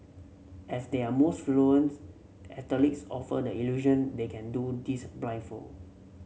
as their most fluent athletes offer the illusion they can do this blindfolded